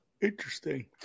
interesting